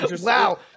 wow